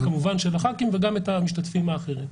כמובן של הח"כים וגם של המשתתפים האחרים.